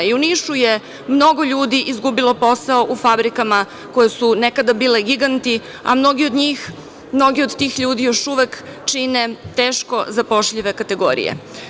I u Nišu je mnogo ljudi izgubilo posao u fabrikama koje su nekada bile giganti, a mnogi od tih ljudi još uvek čine teško zapošljive kategorije.